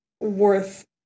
worth